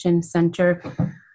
center